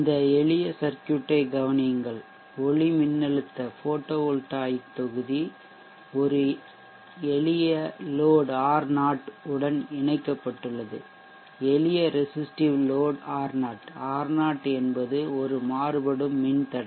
இந்த எளிய சர்க்யூட்டை கவனியுங்கள் ஒளிமின்னழுத்தபோட்டோ வோல்டாயிக் தொகுதி ஒரு எளிய லோட் R0 உடன் இணைக்கப்பட்டுள்ளது எளிய ரெசிஷ்டிவ் லோட் R0 R0 என்பது ஒரு மாறுபடும் மின்தடை